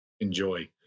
enjoy